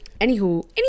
Anywho